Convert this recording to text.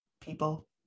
people